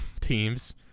teams